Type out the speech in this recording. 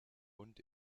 und